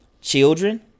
children